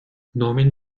norman